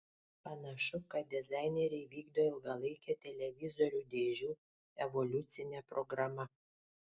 panašu kad dizaineriai vykdo ilgalaikę televizorių dėžių evoliucine programa